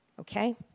Okay